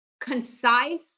concise